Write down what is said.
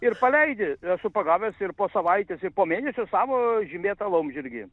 ir paleidi esu pagavęs ir po savaitės ir po mėnesio savo žymėtą laumžirgį